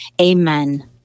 Amen